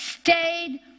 stayed